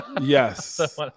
Yes